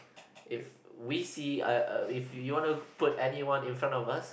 if we see uh uh if you want to put anyone in front of us